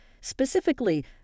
Specifically